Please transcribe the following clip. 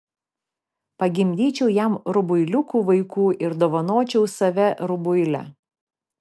pagimdyčiau jam rubuiliukų vaikų ir dovanočiau save rubuilę